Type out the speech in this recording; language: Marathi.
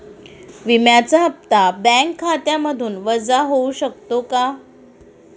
विम्याचा हप्ता बँक खात्यामधून वजा होऊ शकतो का?